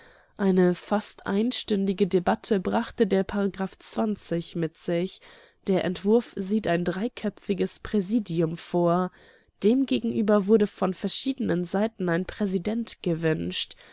eine fast einstündige debatte brachte der mit sich der entwurf sieht ein dreiköpfiges präsidium vor demgegenüber wurde von verschiedenen seiten ein präsident gewünscht